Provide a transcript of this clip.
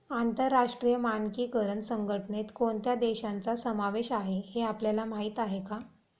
आंतरराष्ट्रीय मानकीकरण संघटनेत कोणत्या देशांचा समावेश आहे हे आपल्याला माहीत आहे का?